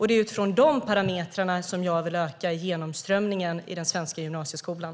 Det är utifrån dessa parametrar som jag vill öka genomströmningen i den svenska gymnasieskolan.